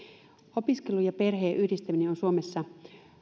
opiskelun ja perheen yhdistäminen on suomessa